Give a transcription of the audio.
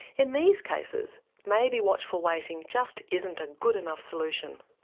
in these cases maybe watchful waiting just isn't a good enough solution.